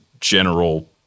general